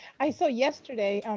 i saw yesterday, um